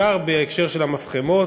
בעיקר בהקשר של המפחמות.